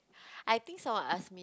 I think someone ask